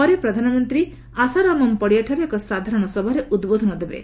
ପରେ ପ୍ରଧାନମନ୍ତ୍ରୀ ଆସାରାମମ୍ ପଡ଼ିଆଠାରେ ଏକ ସାଧାରଣ ସଭାରେ ଉଦ୍ବୋଧନ ଦେବେ